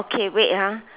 okay wait ah